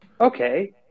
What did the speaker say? okay